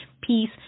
peace